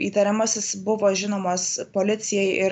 įtariamasis buvo žinomas policijai ir